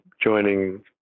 joining